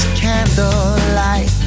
candlelight